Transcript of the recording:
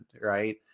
Right